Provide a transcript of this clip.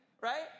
Right